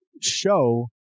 show